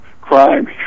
crime